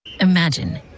Imagine